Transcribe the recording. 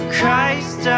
Christ